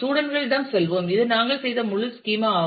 student களிடம் செல்வோம் இது நாங்கள் செய்த முழு ஸ்கீமா ஆகும்